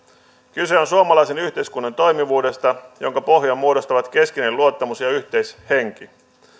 kyse on suomalaisen yhteiskunnan toimivuudesta jonka pohjan muodostavat keskinäinen luottamus ja yhteishenki